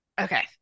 Okay